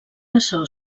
açò